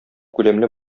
күләмле